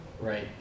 right